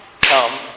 Come